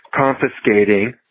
confiscating